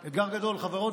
חברות וחברים,